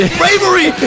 bravery